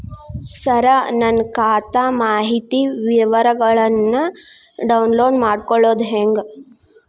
ಸರ ನನ್ನ ಖಾತಾ ಮಾಹಿತಿ ವಿವರಗೊಳ್ನ, ಡೌನ್ಲೋಡ್ ಮಾಡ್ಕೊಳೋದು ಹೆಂಗ?